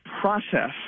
process